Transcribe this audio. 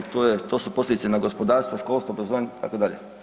To su posljedice na gospodarstvo, školstvo, obrazovanje itd.